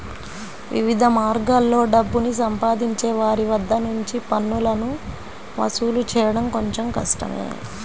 వివిధ మార్గాల్లో డబ్బుని సంపాదించే వారి వద్ద నుంచి పన్నులను వసూలు చేయడం కొంచెం కష్టమే